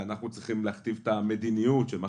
ואנחנו צריכים להכתיב את המדיניות של מה